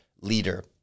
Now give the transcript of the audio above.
leader